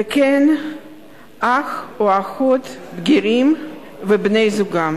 וכן אח או אחות בגירים ובני-זוגם.